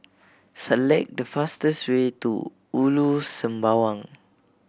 select the fastest way to Ulu Sembawang